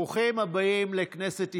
ברוכים הבאים לכנסת ישראל.